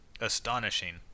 astonishing